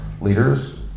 leaders